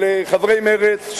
לחברי מרצ,